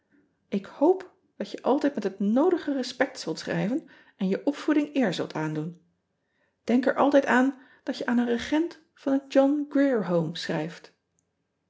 k hoop dat je altijd met het noodige respect zult schrijven en je opvoeding eer zult aandoen enk er altijd aan dat je aan een regent van het ohn rier ome schrijft